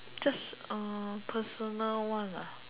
just uh personal one ah